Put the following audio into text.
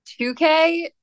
2k